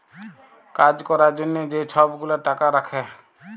কাজ ক্যরার জ্যনহে যে ছব গুলা টাকা রাখ্যে